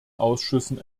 ausschüssen